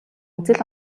үзэл